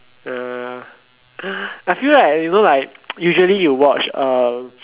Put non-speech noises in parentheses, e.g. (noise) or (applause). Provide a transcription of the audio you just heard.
ya I feel like you know like (noise) usually you watch uh